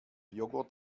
joghurt